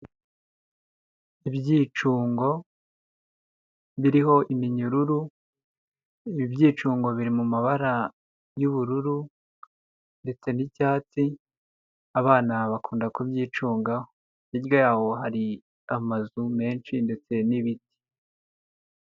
Ibyicungo biriho iminyururu ibyicungo biri mu mabara y'ubururu ndetse n'icyatsi abana bakunda kubyicungaho. Hirya yaho hari amazu menshi ndetse n'ibiti.